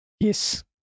Yes